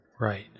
Right